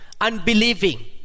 unbelieving